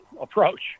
approach